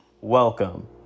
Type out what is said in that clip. Welcome